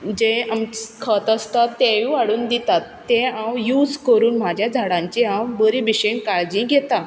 जें खत आसता तेंवूय हाडून दितात तें हांव यूज करून म्हाज्या झाडांची हांव बरे भशेन काळजी घेतां